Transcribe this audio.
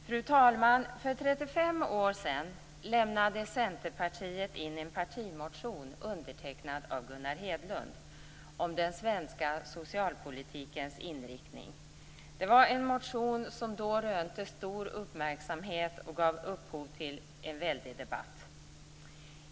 Fru talman! För 35 år sedan lämnade Centerpartiet in en partimotion undertecknad av Gunnar Hedlund om den svenska socialpolitikens inriktning. Det var en motion som då rönte stor uppmärksamhet och gav upphov till en väldig debatt.